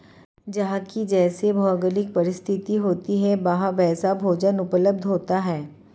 जहां की जैसी भौगोलिक परिस्थिति होती है वहां वैसा भोजन उपलब्ध होता है